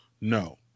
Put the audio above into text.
no